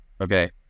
okay